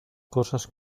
cosas